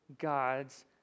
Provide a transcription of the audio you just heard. God's